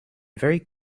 very